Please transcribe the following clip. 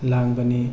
ꯂꯥꯡꯕꯅꯤ